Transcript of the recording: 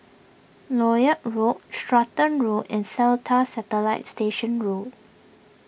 Lloyd Road Stratton Road and Seletar Satellite Station Road